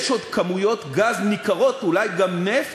יש עוד כמויות גז ניכרות, אולי גם נפט,